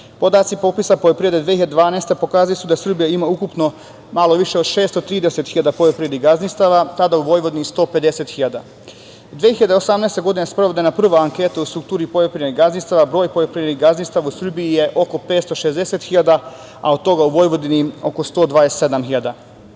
Podaci popisa poljoprivrede 2012. godine pokazali su da Srbija ima malo više od 630.000 poljoprivrednih gazdinstava, tada u Vojvodini 150.000. Godine 2018. sprovedena je prva anketa o strukturi poljoprivrednih gazdinstava. Broj poljoprivrednih gazdinstava u Srbiji je oko 560.000, a od toga u Vojvodini oko 127.000.Brojni